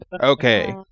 Okay